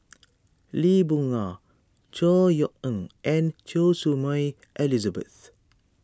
Lee Boon Ngan Chor Yeok Eng and Choy Su Moi Elizabeth